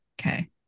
okay